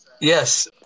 Yes